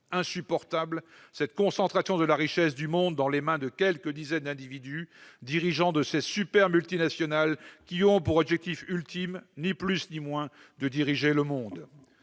inacceptables, cette concentration de la richesse du monde dans les mains de quelques dizaines d'individus, dirigeants de ces super multinationales qui ont pour objectif ultime, ni plus ni moins, de diriger le monde.